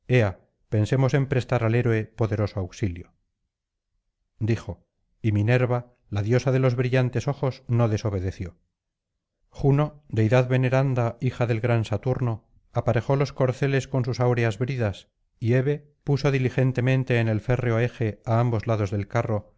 pensemos en prestar al héroe poderoso auxilio dijo y minerva la diosa de los brillantes ojos no desobedeció juno deidad veneranda hija del gran saturno aparejó los corceles con sus áureas bridas y hebe puso diligentemente en el férreo eje á ambos lados del carro